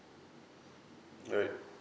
alright